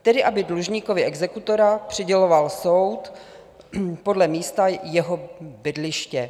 Tedy aby dlužníkovi exekutora přiděloval soud podle místa jeho bydliště.